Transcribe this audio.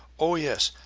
oh, yes,